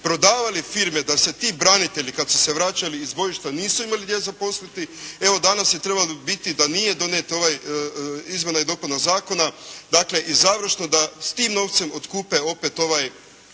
prodavali firme da se ti branitelji kada su se vraćali iz bojišta nisu imali gdje zaposliti, evo danas je trebalo biti da nije donijet ovaj izmjena i dopuna zakona, dakle i završno da s tim novcem otkupe opet ove